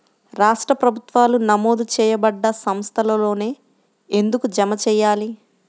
రాష్ట్ర ప్రభుత్వాలు నమోదు చేయబడ్డ సంస్థలలోనే ఎందుకు జమ చెయ్యాలి?